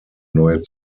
neue